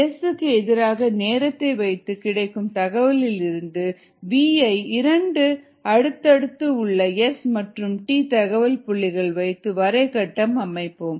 S இக்கு எதிராக நேரத்தை வைத்து கிடைக்கும் தகவலில் இருந்து வி ஐ இரண்டு அடுத்தடுத்து உள்ள S மற்றும் t தகவல் புள்ளிகள் வைத்து வரை கட்டம் அமைப்போம்